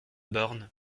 born